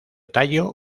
tallo